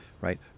right